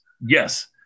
Yes